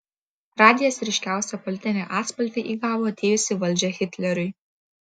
radijas ryškiausią politinį atspalvį įgavo atėjus į valdžią hitleriui